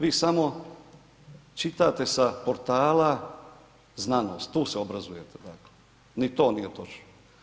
Vi samo čitate sa portala znanost, tu se obrazujete dakle, ni to nije točno.